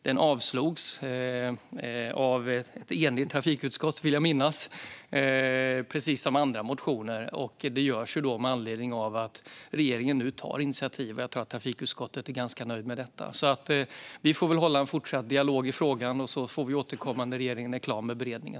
Den avstyrktes av ett enigt trafikutskott, vill jag minnas, precis som andra motioner. Det görs med anledning av att regeringen nu tar initiativ, och jag tror att trafikutskottet är nöjt med detta. Vi får väl hålla en fortsatt dialog i frågan, och sedan får vi återkomma när regeringen är klar med beredningen.